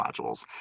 modules